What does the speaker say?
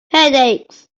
headaches